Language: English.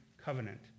covenant